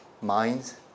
minds